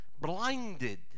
blinded